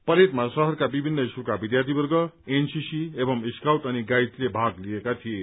परेडमा शहरका विभित्र स्कूलका विद्यार्थीवर्ग एनसीसी एवं स्काउट अनि गाइड्सले भाग लिएका थिए